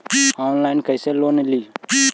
Online कैसे loan ली?